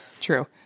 True